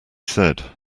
said